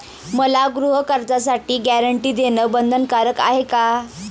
मला गृहकर्जासाठी गॅरंटी देणं बंधनकारक आहे का?